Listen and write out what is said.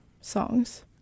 songs